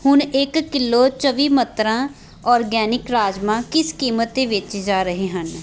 ਹੁਣ ਇੱਕ ਕਿਲੋ ਚੌਵੀ ਮਤਰਾਂ ਔਰਗੈਨਿਕ ਰਾਜਮਾਂਹ ਕਿਸ ਕੀਮਤ 'ਤੇ ਵੇਚੇ ਜਾ ਰਹੇ ਹਨ